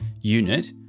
unit